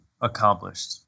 accomplished